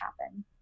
happen